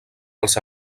els